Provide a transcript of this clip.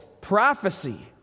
prophecy